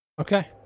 okay